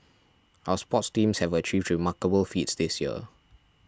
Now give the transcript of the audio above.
our sports teams have achieved remarkable feats this year